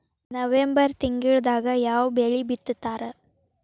November ತಿಂಗಳದಾಗ ಯಾವ ಬೆಳಿ ಬಿತ್ತತಾರ?